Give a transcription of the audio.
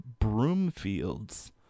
Broomfields